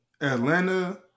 Atlanta